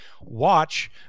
watch